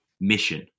mission